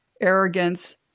arrogance